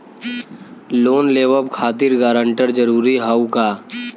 Loan लेवब खातिर guarantor जरूरी हाउ का?